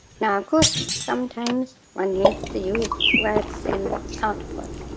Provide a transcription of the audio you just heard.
now, of course, sometimes one needs to use words in output,